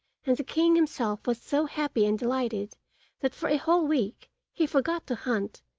and the king himself was so happy and delighted that, for a whole week, he forgot to hunt,